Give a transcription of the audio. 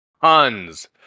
tons